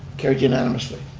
carried unanimously.